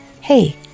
hey